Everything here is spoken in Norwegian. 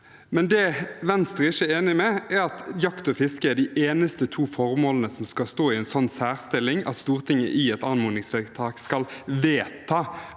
det. Det Venstre ikke er enig i, er at jakt og fiske er de eneste to formålene som skal stå i en sånn særstilling at Stortinget i et anmodningsvedtak skal vedta